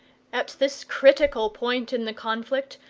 at this critical point in the conflict,